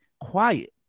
quiet